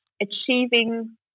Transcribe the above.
achieving